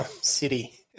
city